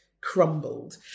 crumbled